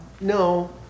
no